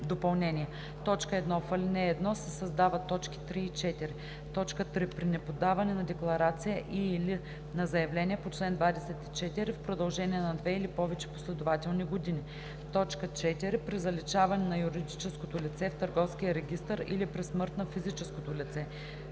допълнения: 1. В ал. 1 се създават т. 3 и 4: „3. при неподаване на декларация и/или на заявление по чл. 24 в продължение на две или повече последователни години; 4. при заличаване на юридическото лице в търговския регистър или при смърт на физическото лице.“